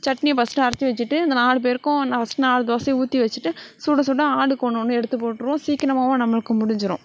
சட்னியை ஃபர்ஸ்ட்டு அரைச்சி வெச்சுட்டு இந்த நாலு பேருக்கும் நான் ஃபஸ்ட்டு நாலு தோசையை ஊற்றி வெச்சுட்டு சுட சுட ஆளுக்கு ஒன்று ஒன்று எடுத்து போட்டிருவோம் சீக்கிரமாகவும் நம்மளுக்கு முடிஞ்சுரும்